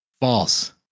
False